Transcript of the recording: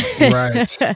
Right